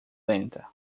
lenta